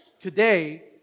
today